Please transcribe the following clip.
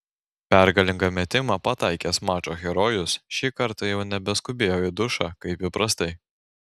pergalingą metimą pataikęs mačo herojus šį kartą jau nebeskubėjo į dušą kaip įprastai